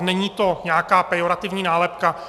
Není to nějaká pejorativní nálepka.